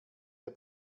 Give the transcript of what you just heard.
der